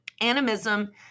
animism